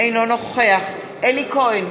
אינו נוכח אלי כהן,